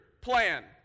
plan